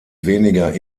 weniger